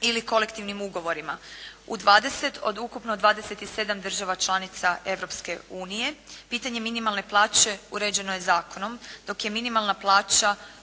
ili kolektivnim ugovorima. U 20 od ukupno 27 država članica Europske unije pitanje minimalne plaće uređeno je zakonom dok je minimalna plaća